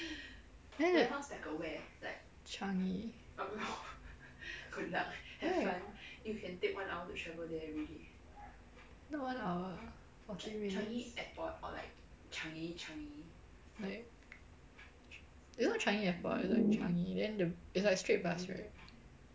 changi why not one hour forty minutes like it's not changi airport it's like changi then the it's like straight bus ride